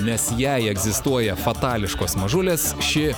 nes jei egzistuoja fatališkos mažulės ši